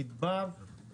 המדבר.